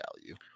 value